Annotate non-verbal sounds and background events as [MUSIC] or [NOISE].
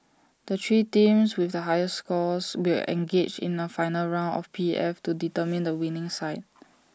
the three teams with the highest scores will engage in A final round of P F to determine [NOISE] the winning side